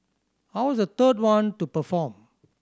I was the third one to perform